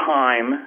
time